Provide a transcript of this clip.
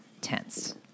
tense